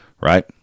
right